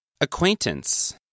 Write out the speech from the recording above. Acquaintance